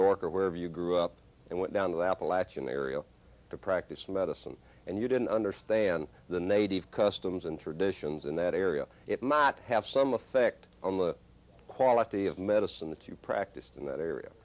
york or wherever you grew up and went down the appalachian area to practice medicine and you didn't understand the native customs and traditions in that area it might have some effect on the quality of medicine the two practiced in that area